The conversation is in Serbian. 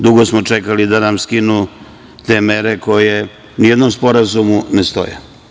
Dugo smo čekali da nam skinu te mere, koje ni u jednom sporazumu ne stoje.